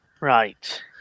Right